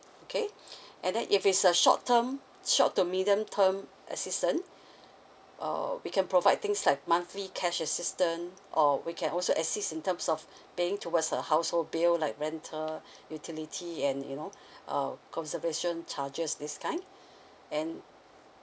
okay and then if is a short term short to medium term assistance uh we can provide things like monthly cash assistance or we can also assist in terms of paying towards her household bill like rental utility and you know uh conservation charges this kind and